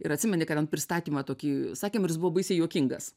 ir atsimeni kad ten pristatymą tokį sakėm jis buvo baisiai juokingas